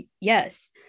Yes